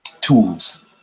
tools